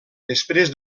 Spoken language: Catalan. després